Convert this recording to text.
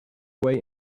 way